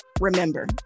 remember